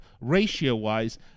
ratio-wise